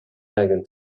megan